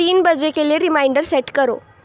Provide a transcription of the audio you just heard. تین بجے کے لیے ریمائنڈر سیٹ کرو